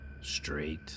Straight